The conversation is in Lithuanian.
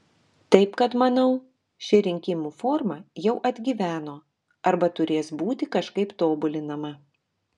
taip kad manau ši rinkimų forma jau atgyveno arba turės būti kažkaip tobulinama